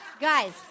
guys